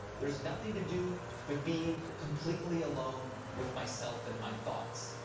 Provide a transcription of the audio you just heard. there's nothing to do but be completely alone with myself and my thoughts.